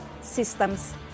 systems